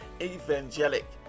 evangelic